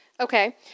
Okay